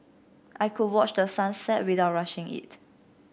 I could watch the sun set without rushing it